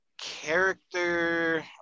character